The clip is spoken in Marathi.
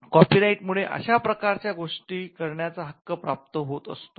कॉपीराइट मूळे विशिष्ट अशा प्रकारच्या गोष्टी करण्याचा हक्क प्राप्त होत असतो